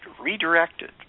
redirected